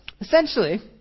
essentially